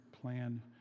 plan